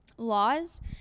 laws